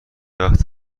وقت